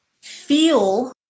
Feel